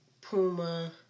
Puma